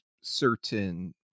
certain